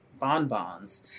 bonbons